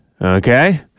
Okay